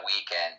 weekend